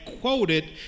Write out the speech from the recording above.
quoted